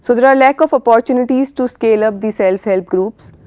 so there are lack of opportunities to scale up the self-help groups.